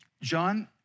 John